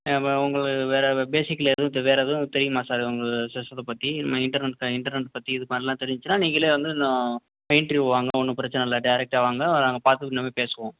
வ உங்களுக்கு வேறு பேசிக்கில் எதுவும் வேறு எதுவும் தெரியுமா சார் உங்களுக்கு சிஸ்டத்தை பற்றி இண்டெர்நெட் இண்டெர்நெட் பற்றி இதுமாதிரிலாம் தெரிஞ்சுச்சினா நீங்களே வந்து னு இன்ட்ரிவியூ வாங்க ஒன்றும் பிரச்சின இல்லை டேரெக்ட்டாக வாங்க நாங்கள் பார்த்து இந்த மாரி பேசுவோம்